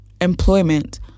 employment